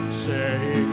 say